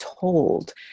told